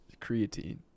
Creatine